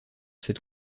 cette